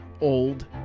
old